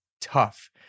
tough